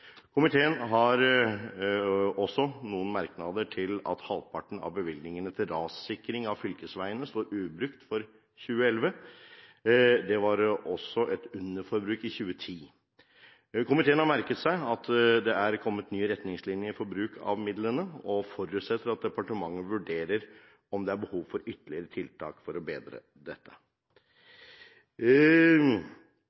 Komiteen har også noen merknader til at halvparten av bevilgningene til rassikring av fylkesveiene står ubrukt for 2011. Det var også et underforbruk i 2010. Komiteen har merket seg at det er kommet nye retningslinjer for bruk av midlene og forutsetter at departementet vurderer om det er behov for ytterligere tiltak for å bedre dette.